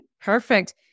perfect